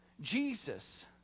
Jesus